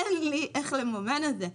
אין לי איך לממן את זה.